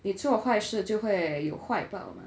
你做坏事就会有坏报 mah